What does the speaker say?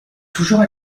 toujours